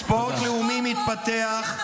ספורט לאומי מתפתח.